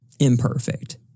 imperfect